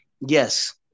Yes